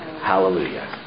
Hallelujah